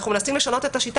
אנחנו מנסים לשנות את השיטה,